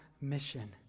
mission